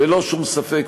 ללא שום ספק,